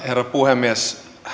herra puhemies